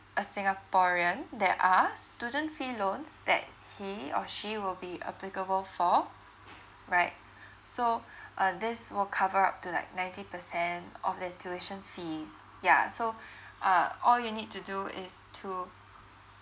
a singaporean there are student fee loans that he or she will be applicable for right so uh this will cover up to like ninety percent of their tuition fees yeah so uh all you need to do is to